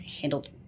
handled